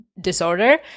disorder